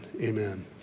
amen